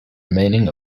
remaining